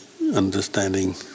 understanding